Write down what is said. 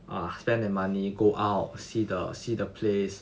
ah spend the money go out see the see the place